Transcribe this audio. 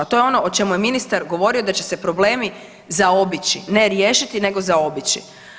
To je ono o čemu je ministar govorio da će se problemi zaobići, ne riješiti nego zaobići.